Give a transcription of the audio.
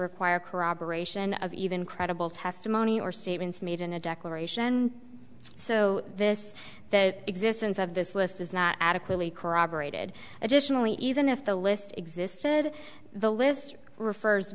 require corroboration of even credible testimony or statements made in a declaration so this the existence of this list is not adequately corroborated additionally even if the list existed the list refers